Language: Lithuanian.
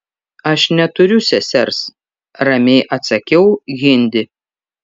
aš neturiu sesers ramiai atsakiau hindi